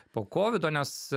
po kovido nes